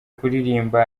kuririmba